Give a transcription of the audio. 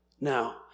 Now